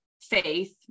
faith